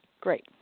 Great